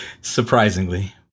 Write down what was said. Surprisingly